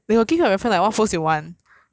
really meh oh got got got got got